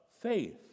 faith